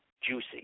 juicy